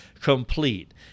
complete